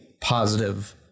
positive